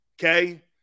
Okay